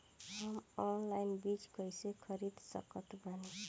हम ऑनलाइन बीज कइसे खरीद सकत बानी?